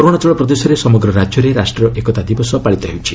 ଅରୁଣାଚଳ ପ୍ରଦେଶରେ ସମଗ୍ର ରାଜ୍ୟରେ ରାଷ୍ଟ୍ରୀୟ ଏକତା ଦିବସ ପାଳିତ ହେଉଛି